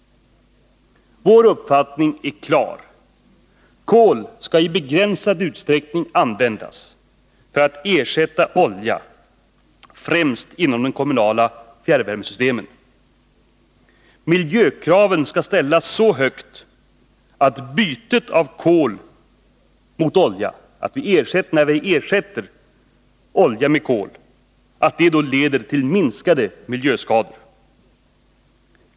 Vår uppfattning är klar. Kol skall i begränsad utsträckning användas för att ersätta olja — främst inom de kommunala fjärrvärmesystemen. Miljökraven skall ställas så högt att ersättningen av oljan med kol leder till minskade miljöskador.